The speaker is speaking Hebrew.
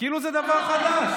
כאילו זה דבר חדש.